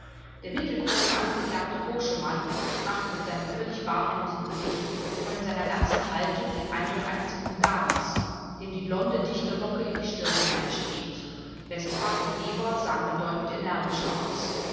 der mittelgroße angeklagte koschemann machte mit seinem völlig bartlosen gesicht und in seiner ganzen haltung den eindruck eines sekundaners dem die blonde dichterlocke in die stirn hineinstrebt westphal und weber sahen bedeutend energischer aus